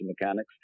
mechanics